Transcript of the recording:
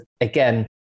again